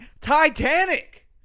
Titanic